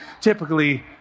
typically